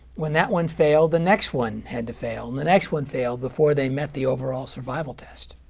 when that one failed, the next one had to fail, and the next one failed before they met the overall survival test.